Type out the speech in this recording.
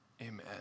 Amen